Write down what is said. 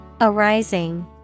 Arising